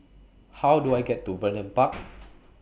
How Do I get to Vernon Park